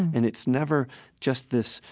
and it's never just this,